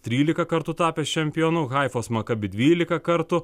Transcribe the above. trylika kartų tapęs čempionu haifas maccabi dvylika kartų